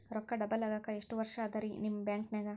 ರೊಕ್ಕ ಡಬಲ್ ಆಗಾಕ ಎಷ್ಟ ವರ್ಷಾ ಅದ ರಿ ನಿಮ್ಮ ಬ್ಯಾಂಕಿನ್ಯಾಗ?